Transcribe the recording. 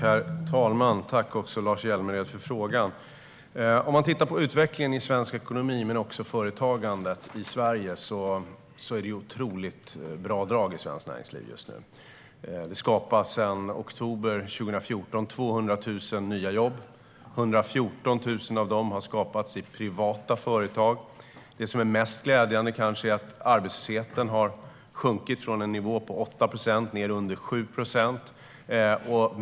Herr talman! Tack, Lars Hjälmered, för frågan! Om man tittar på utvecklingen i svensk ekonomi men också företagandet i Sverige ser man att det är otroligt bra drag i svenskt näringsliv just nu. Det har sedan oktober 2014 skapats 200 000 nya jobb, 114 000 av dem i privata företag. Det kanske mest glädjande är att arbetslösheten har sjunkit från 8 procent till under 7 procent.